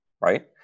right